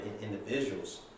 individuals